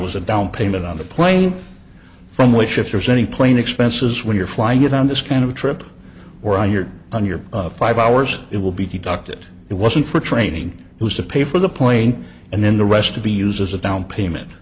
was a down payment on the plane from which if there's any plane expenses when you're flying it on this kind of a trip or on your on your five hours it will be docked it it wasn't for training it was the pay for the plane and then the rest to be used as a down payment